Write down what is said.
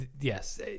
yes